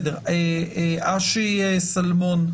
אשי שלמון,